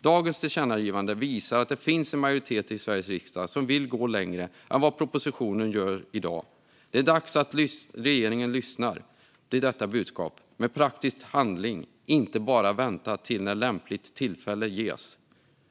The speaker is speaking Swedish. Dagens tillkännagivande visar att det finns en majoritet i Sveriges riksdag som vill gå längre än propositionen gör i dag. Det är dags att regeringen lyssnar till detta budskap genom praktisk handling och inte bara väntar tills lämpligt tillfälle ges.